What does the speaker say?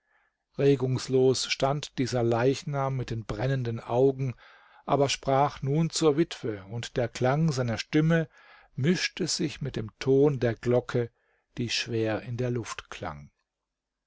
regungslos stand dieser leichnam mit den brennenden augen aber sprach nun zur witwe und der klang seiner stimme mischte sich mit dem ton der glocke die schwer in der luft klang